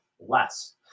less